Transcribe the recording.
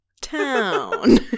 town